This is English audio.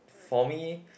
for me